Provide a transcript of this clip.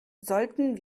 sollten